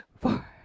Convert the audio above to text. four